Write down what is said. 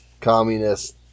communist